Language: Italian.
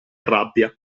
rabbia